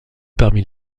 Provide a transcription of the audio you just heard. parmi